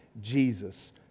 Jesus